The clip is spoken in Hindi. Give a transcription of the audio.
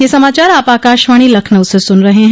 ब्रे क यह समाचार आप आकाशवाणी लखनऊ से सुन रहे हैं